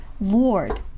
Lord